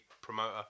promoter